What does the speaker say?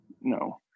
No